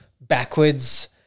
backwards